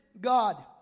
God